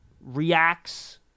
reacts